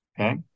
okay